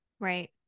right